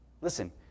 Listen